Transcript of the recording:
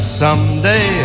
someday